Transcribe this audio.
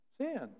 Sin